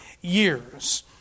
years